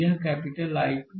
यह capital I2 है